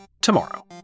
tomorrow